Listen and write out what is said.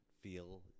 feel